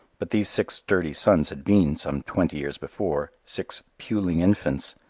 but these six sturdy sons had been, some twenty years before, six puling infants,